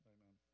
Amen